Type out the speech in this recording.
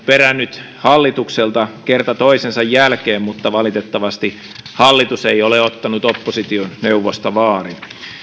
perännyt hallitukselta kerta toisensa jälkeen mutta valitettavasti hallitus ei ole ottanut opposition neuvoista vaarin